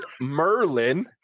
Merlin